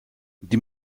die